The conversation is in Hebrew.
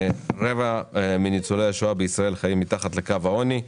רבע מניצולי השואה בישראל חיים מתחת לקו העוני.